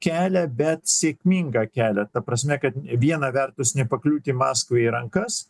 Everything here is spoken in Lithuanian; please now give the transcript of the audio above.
kelią bet sėkmingą kelią ta prasme kad viena vertus nepakliūti maskvai į rankas